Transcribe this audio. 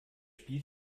spiel